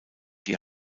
die